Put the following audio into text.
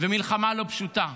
ומלחמה לא פשוטה.